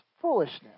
foolishness